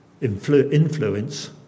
influence